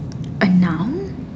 A noun